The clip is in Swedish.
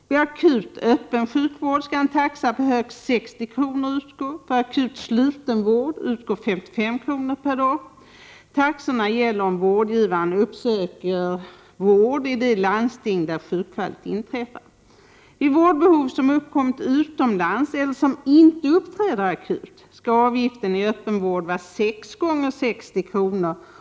Vid akut öppen sjukvård skall en taxa på högst 60 kr. tillämpas. För akut slutenvård betalas 55 kr. per dag. Taxorna gäller om vårdgivare uppsöks i det landsting där sjukfallet inträffar. Vid vårdbehov som uppkommit utomlands eller som inte uppträder akut skall avgiften i öppenvård vara sex gånger 60 kr.